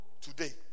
Today